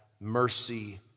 mercy